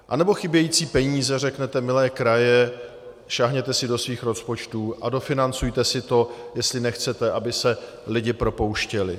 Anebo chybějící peníze řeknete: milé kraje, sáhněte si do svých rozpočtů a dofinancujte si to, jestli nechcete, aby se lidi propouštěli.